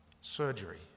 surgery